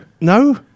No